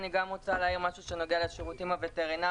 אני גם רוצה להעיר משהו שנוגע לשירותים הווטרינרים.